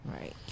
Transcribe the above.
right